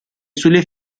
sulle